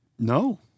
No